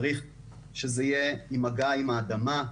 צריך שזה יהיה עם מגע עם האדמה,